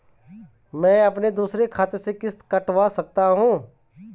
मैं अपने दूसरे खाते से किश्त कटवा सकता हूँ?